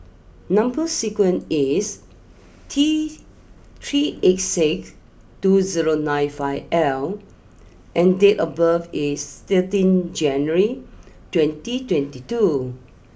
number sequence is T three eight six two zero nine five L and date of birth is thirteen January twenty twenty two